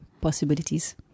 possibilities